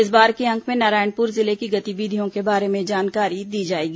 इस बार के अंक में नारायणपुर जिले की गतिविधियों के बारे में जानकारी दी जाएगी